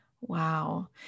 Wow